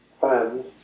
fans